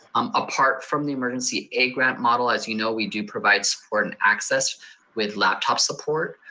um apart from the emergency aid grant model, as you know, we do provide support in access with laptop support,